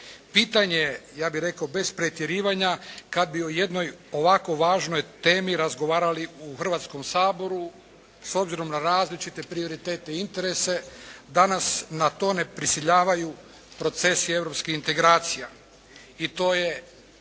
Pitanje je, ja bih rekao, bez pretjerivanja, kada bi o jednoj ovako važnoj temi razgovarali u Hrvatskom saboru s obzirom na različite prioritete i interese da nas na to ne prisiljavaju procesi europskih integracija. I to je